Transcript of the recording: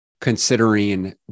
considering